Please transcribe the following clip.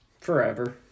Forever